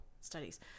studies